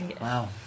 Wow